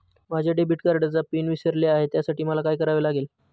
माझ्या डेबिट कार्डचा पिन विसरले आहे त्यासाठी मला काय करावे लागेल?